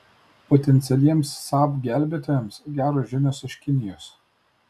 potencialiems saab gelbėtojams geros žinios iš kinijos